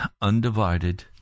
undivided